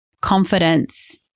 confidence